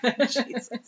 Jesus